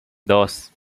dos